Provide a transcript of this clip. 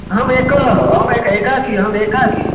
अहम् एकः अहम् एक एकाकी अहम् एकाकी